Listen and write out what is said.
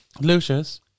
Lucius